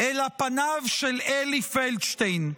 אלא פניו של אלי פלדשטיין.